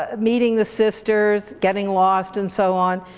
ah meeting the sisters, getting lost, and so on,